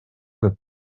көп